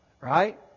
Right